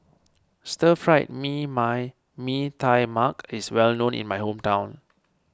Stir Fried me my Mee Tai Mak is well known in my hometown